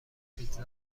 پیتزا